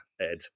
Ed